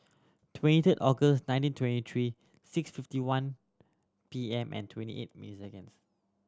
twenty third August nineteen twenty three six fifty one P M and twenty eight minute seconds